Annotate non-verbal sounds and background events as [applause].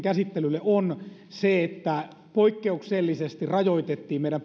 käsittelyllehän on se että poikkeuksellisesti rajoitettiin meidän [unintelligible]